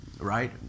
right